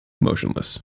Motionless